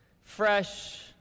fresh